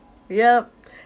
yup